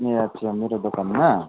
ए अच्छा मेरो दोकानमा